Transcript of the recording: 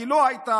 כי לא הייתה,